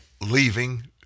leaving